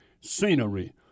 scenery